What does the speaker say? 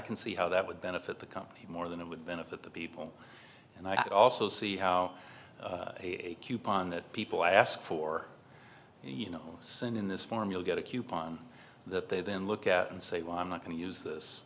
can see how that would benefit the company more than it would benefit the people and i also see how a coupon that people ask for and you know send in this formula get a coupon that they then look at and say well i'm not going to use this